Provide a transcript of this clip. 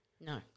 No